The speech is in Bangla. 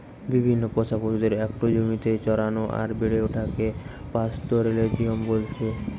বিভিন্ন পোষা পশুদের একটো জমিতে চরানো আর বেড়ে ওঠাকে পাস্তোরেলিজম বলতেছে